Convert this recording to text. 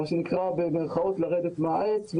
במירכאות לרדת מהעץ,